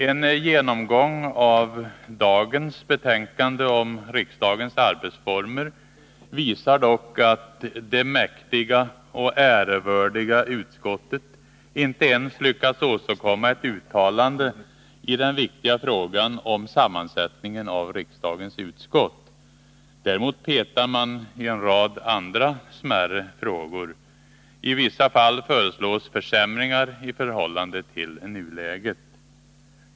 En genomgång av dagens betänkande om riksdagens arbetsformer visar dock att det ”mäktiga” och ”ärevördiga” utskottet inte ens lyckats åstadkomma ett uttalande i den viktiga frågan om sammansättningen av riksdagens utskott. Däremot petar man i en rad andra, smärre frågor. I vissa fall föreslås försämringar i förhållande till nuläget.